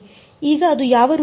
ಈಗ ಅದು ಯಾವ ರೂಪದಲ್ಲಿದೆ